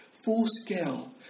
full-scale